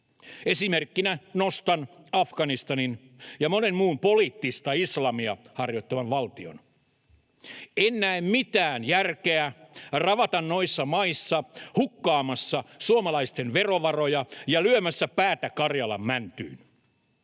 Esimerkkinä nostan Afganistanin ja monen muun poliittista islamia harjoittavan valtion. En näe mitään järkeä ravata noissa maissa hukkaamassa suomalaisten verovaroja ja lyömässä päätä Karjalan mäntyyn.